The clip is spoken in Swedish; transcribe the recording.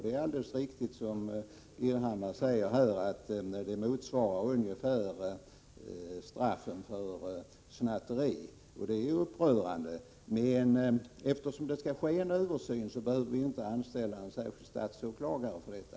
Det är alldeles riktigt som Ingbritt Irhammar säger, att dessa sanktioner ungefär motsvarar straffen för snatteri. Det är ju upprörande. Men eftersom det skall ske en översyn behöver vi inte anställa en särskild statsåklagare för detta.